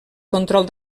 control